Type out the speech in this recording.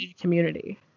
community